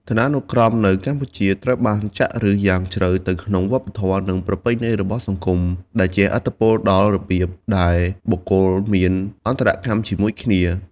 ឋានានុក្រមនៅកម្ពុជាត្រូវបានចាក់ឫសយ៉ាងជ្រៅទៅក្នុងវប្បធម៌ និងប្រពៃណីរបស់សង្គម ដែលជះឥទ្ធិពលដល់របៀបដែលបុគ្គលមានអន្តរកម្មជាមួយគ្នា។